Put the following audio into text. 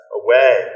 away